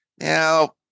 Now